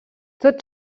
tot